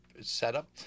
setup